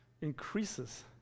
increases